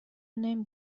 نمی